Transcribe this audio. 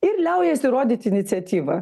ir liaujasi rodyt iniciatyvą